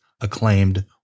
acclaimed